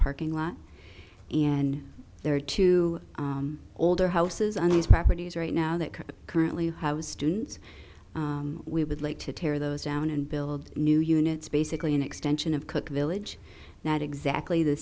parking lot and there are two older houses on these properties right now that currently house students we would like to tear those down and build new units basically an extension of cook village not exactly the